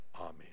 Amen